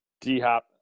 D-Hop